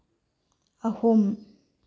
ꯑꯍꯨꯝ